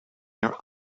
their